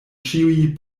ĉiuj